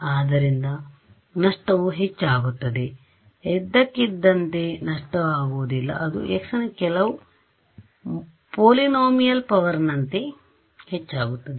ಆದ್ದರಿಂದ ನಷ್ಟವು ಹೆಚ್ಚಾಗುತ್ತದೆ ಅದು ಇದ್ದಕ್ಕಿದ್ದಂತೆ ನಷ್ಟವಾಗುವುದಿಲ್ಲ ಅದು x ನ ಕೆಲವು ಪೊಲಿನೊಮಿಯಲ್ ಪವರ್ ನಂತೆ ಹೆಚ್ಚಾಗುತ್ತದೆ